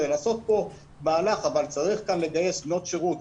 לעשות כאן מהלך אבל צריך כאן לגייס בנות שירות,